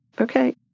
Okay